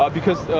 because,